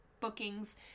bookings